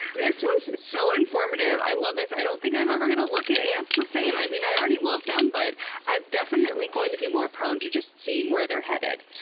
this was so informative! i love this. i don't think i'm ever going to look at ants the same. i mean i already loved them, but i'm definitely going to be more prone to just seeing where they're headed.